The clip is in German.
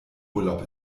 urlaub